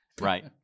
Right